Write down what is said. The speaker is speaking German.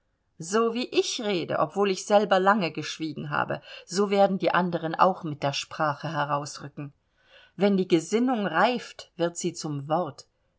so wie ich rede obwohl ich selber lange geschwiegen habe so werden die anderen auch mit der sprache herausrücken wenn die gesinnung reift wird sie zum wort